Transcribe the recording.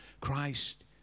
Christ